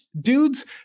dudes